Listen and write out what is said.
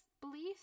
beliefs